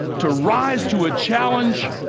to rise to a challenge